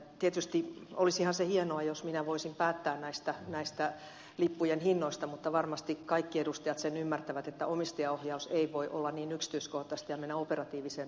tietysti olisihan se hienoa jos minä voisin päättää näistä lippujen hinnoista mutta varmasti kaikki edustajat sen ymmärtävät että omistajaohjaus ei voi olla niin yksityiskohtaista ja mennä operatiiviseen toimintaan